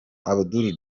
abdul